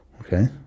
Okay